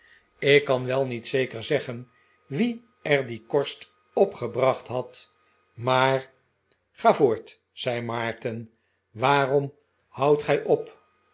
ik kan wel niet zeker zeggen wie er die korst op gebracht had maar ga voort zei maarten waarom houdt gij op